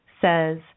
says